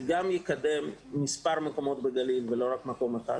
זה יקדם מספר מקומות בגליל ולא רק מקום אחד,